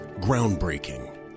Groundbreaking